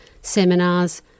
seminars